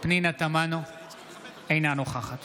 אינה נוכחת